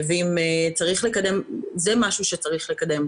זה משהו שצריך לקדם.